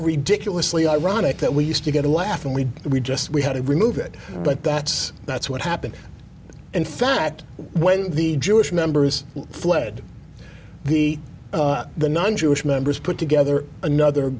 ridiculously ironic that we used to get a laugh and we we just we had to remove it but that's that's what happened in fact when the jewish members fled the the non jewish members put together another